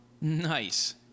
Nice